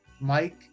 Mike